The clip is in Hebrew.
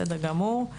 בסדר גמור.